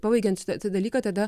pabaigiant dalyką tada